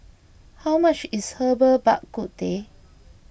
how much is Herbal Bak Ku Teh